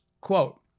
Quote